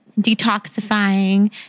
detoxifying